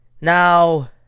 Now